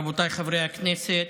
רבותיי חברי הכנסת,